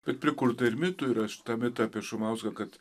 bet prikurta ir mitų yra aš tą mitą apie šumauską kad